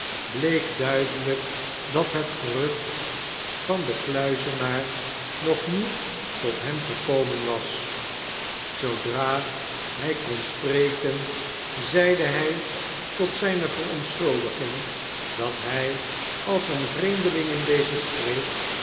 bleek duidelijk dat het gerucht van den kluizenaar nog niet tot hem gekomen was zoodra hij kon spreken zeide hy tot zjjne verontschuldiging dat hjj als een vreemdeling in deze streek